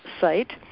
Site